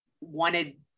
wanted